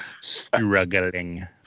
Struggling